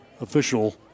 official